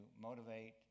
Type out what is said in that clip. motivate